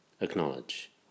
Acknowledge